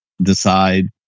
decide